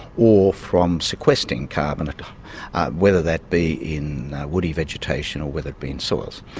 or from sequestering carbon, and whether that be in woody vegetation or whether it be in soils.